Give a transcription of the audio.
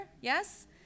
yes